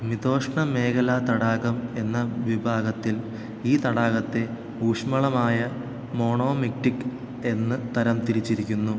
മിതോഷ്ണമേഖലാ തടാകം എന്ന വിഭാഗത്തിൽ ഈ തടാകത്തെ ഊഷ്മളമായ മോണോമിക്റ്റിക് എന്ന് തരം തിരിച്ചിരിക്കുന്നു